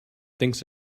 thinks